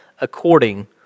according